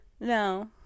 No